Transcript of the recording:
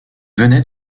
venait